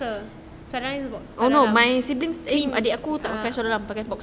semua orang ah